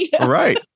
right